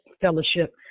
fellowship